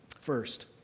First